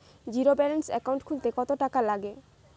Zero balance account খুলতে কত টাকা লাগে?